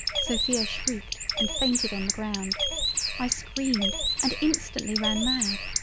sophia shreiked and fainted on the ground i screamed and instantly ran mad.